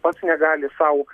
pats negali sau